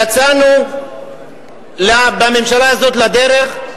יצאנו בממשלה הזאת לדרך,